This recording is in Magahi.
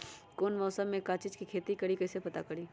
कौन मौसम में का चीज़ के खेती करी कईसे पता करी?